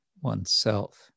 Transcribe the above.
oneself